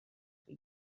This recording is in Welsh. chi